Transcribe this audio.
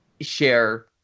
share